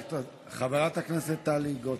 חברת הכנסת טלי גוטליב.